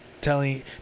telling